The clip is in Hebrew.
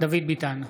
דוד ביטן,